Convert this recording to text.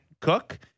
cook